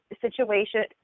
situation